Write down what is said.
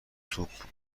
توپو